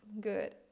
good